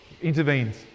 intervenes